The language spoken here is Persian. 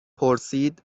پرسید